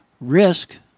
Risk